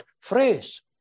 phrase